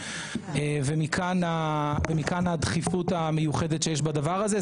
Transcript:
ומכאן הדחיפות המיוחדת שיש בדבר הזה.